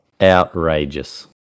outrageous